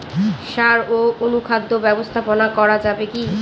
সাড় ও অনুখাদ্য ব্যবস্থাপনা করা যাবে কি?